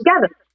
together